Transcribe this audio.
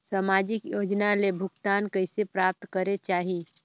समाजिक योजना ले भुगतान कइसे प्राप्त करे जाहि?